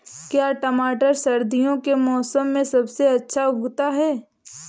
क्या टमाटर सर्दियों के मौसम में सबसे अच्छा उगता है?